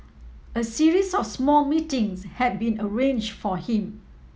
a series of small meetings had been arrange for him